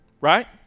Right